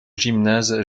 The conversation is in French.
gymnase